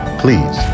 please